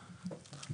אלא להיפך,